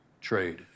trade